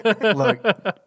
look